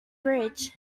bridge